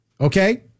okay